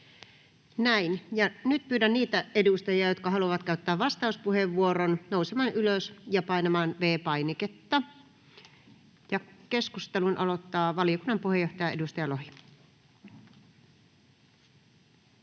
Näin. — Ja nyt pyydän niitä edustajia, jotka haluavat käyttää vastauspuheenvuoron, nousemaan ylös ja painamaan V-painiketta. — Ja keskustelun aloittaa valiokunnan puheenjohtaja, edustaja Lohi.